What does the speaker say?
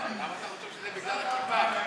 למה אתה חושב שזה בגלל הכיפה?